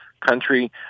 country